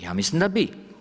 Ja mislim da bi.